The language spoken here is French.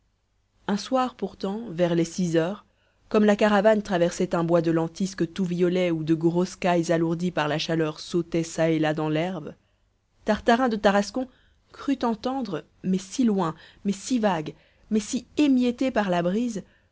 un soir pourtant vers les six heures comme la caravane traversait un bois de lentisques tout violet où de grosses cailles alourdies par la chaleur sautaient ça et là dans l'herbe tartarin de tarascon crut entendre mais si loin mais si vague mais si émietté par la